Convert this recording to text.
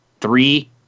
three